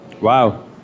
Wow